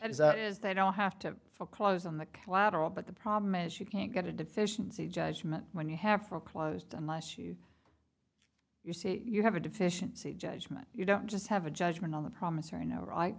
and that is they don't have to feel close on the collateral but the problem is you can't get a deficiency judgment when you have foreclosed unless you you say you have a deficiency judgment you don't just have a judgment on the promise